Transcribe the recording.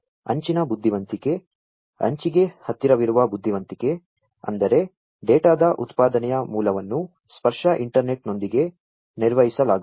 ಅಂಚಿನ ಬುದ್ಧಿವಂತಿಕೆ ಅಂಚಿಗೆ ಹತ್ತಿರವಿರುವ ಬುದ್ಧಿವಂತಿಕೆ ಅಂದರೆ ಡೇಟಾದ ಉತ್ಪಾದನೆಯ ಮೂಲವನ್ನು ಸ್ಪರ್ಶ ಇಂಟರ್ನೆಟ್ನೊಂದಿಗೆ ನಿರ್ವಹಿಸಲಾಗುವುದು